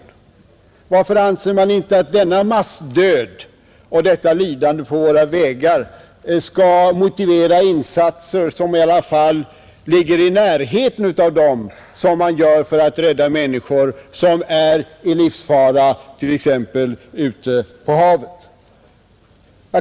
Varför anser man inte att denna massdöd och detta lidande på våra vägar skall motivera insatser som i alla fall ligger i närheten av dem man gör för att rädda människor som befinner sig i livsfara t.ex. ute på havet?